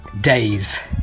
days